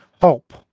hope